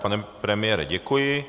Pane premiére, děkuji.